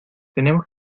tenemos